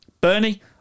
Bernie